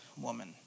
woman